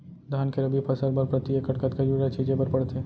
धान के रबि फसल बर प्रति एकड़ कतका यूरिया छिंचे बर पड़थे?